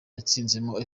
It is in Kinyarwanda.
yatsinzemo